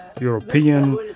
European